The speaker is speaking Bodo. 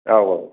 औ औ